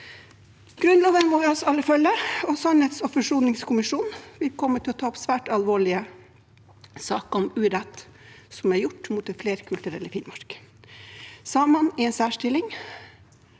Grunnloven skal vi følge, og sannhets- og forsoningskommisjonen kommer til å ta opp svært alvorlige saker om urett som er gjort mot det flerkulturelle Finnmark. Samene er i en særstilling,